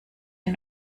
ein